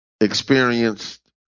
experienced